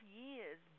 years